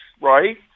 Right